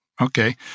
Okay